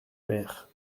mère